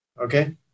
Okay